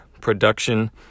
production